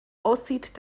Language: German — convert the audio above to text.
aussieht